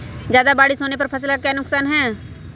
ज्यादा बारिस होने पर फसल का क्या नुकसान है?